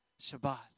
Shabbat